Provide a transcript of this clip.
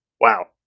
Wow